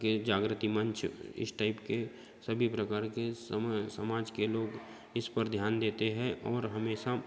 के जाग्रति मंच इस टाइप के सभी प्रकार के समाज समाज के लोग इस पर ध्यान देते हैं और हमेशा